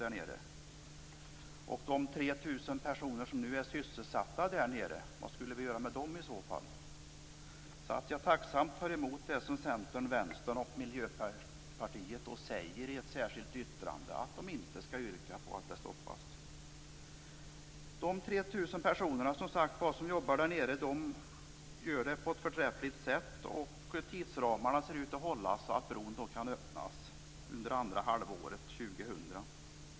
Vad skulle vi i så fall göra med de 3 000 personer som nu är sysselsatta där nere? Jag tar tacksamt emot det som Centern, Vänstern och Miljöpartiet säger i ett särskilt yttrande, nämligen att de inte skall yrka på att bygget stoppas. De 3 000 personer som jobbar där nere gör det på ett förträffligt sätt. Tidsramarna ser ut att hålla så att bron kan öppnas under andra halvåret år 2000.